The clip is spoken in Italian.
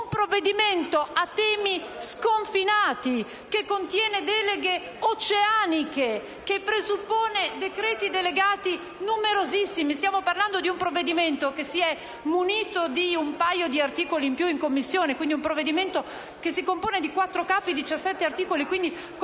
che tratta temi sconfinati, che contiene deleghe oceaniche, che presuppone decreti delegati numerosissimi. Stiamo parlando di un provvedimento che si è munito di un paio di articoli in più in Commissione, quindi di un provvedimento che si compone di quattro capi e di 17 articoli, con